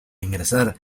ingresar